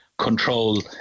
Control